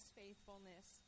faithfulness